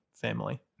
family